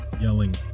yelling